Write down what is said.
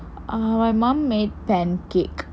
my mum made pancake